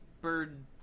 bird